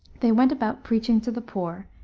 they went about preaching to the poor,